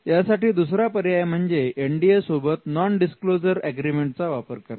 यासाठी दुसरा पर्याय म्हणजे एनडीए सोबत नॉन डिसक्लोजर एग्रीमेंटचा वापर करणे